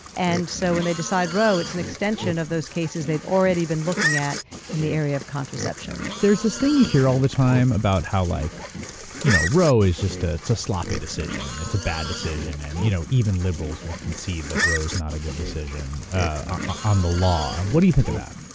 and so when they decide roe, it's an extension of those cases they'd already been looking at in the area of contraception. there's this thing you hear all the time about how like you know roe is just a, it's a sloppy decision. it's a bad decision. and you know, even liberals will concede that roe not a good decision on the law. what do you think of that?